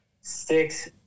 six